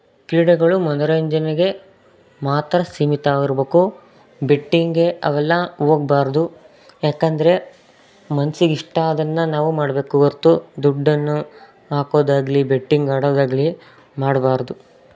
ಕ್ರೀಡೆಗಳು ಮನೋರಂಜನೆಗೆ ಮಾತ್ರ ಸೀಮಿತವಾಗಿರ್ಬೇಕು ಬೆಟ್ಟಿಂಗೆ ಅವೆಲ್ಲ ಹೋಗ್ಬಾರ್ದು ಯಾಕಂದರೆ ಮನ್ಸಿಗೆ ಇಷ್ಟ ಆದನ್ನ ನಾವು ಮಾಡಬೇಕು ಹೊರ್ತು ದುಡ್ಡನ್ನು ಹಾಕೊದಾಗಲಿ ಬೆಟ್ಟಿಂಗ್ ಆಡೊದಾಗಲಿ ಮಾಡಬಾರ್ದು